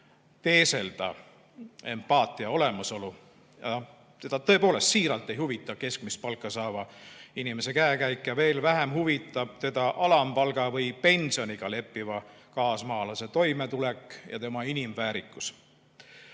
teeselda empaatia olemasolu. Teda tõepoolest siiralt ei huvita keskmist palka saava inimese käekäik ja veel vähem huvitab teda alampalga või pensioniga leppiva kaasmaalase toimetulek ja tema inimväärikus.